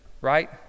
right